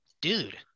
dude